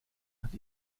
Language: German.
hat